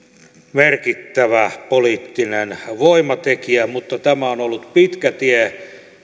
merkittävä poliittinen voimatekijä mutta tämä on ollut pitkä tie